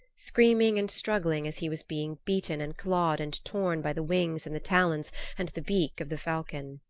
screaming and struggling as he was being beaten, and clawed, and torn by the wings and the talons and the beak of the falcon.